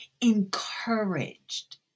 encouraged